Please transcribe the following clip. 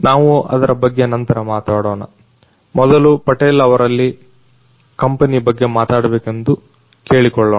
ನಾವು ಅದರ ಬಗ್ಗೆ ನಂತರ ಮಾತಾಡೊಣ ಮೊದಲು ಪಟೇಲ್ ಅವರಲ್ಲಿ ಕಂಪನಿಯ ಬಗ್ಗೆ ಮಾತಾಡಬೇಕೆಂದು ಕೇಳಿಕೊಳ್ಳೋಣ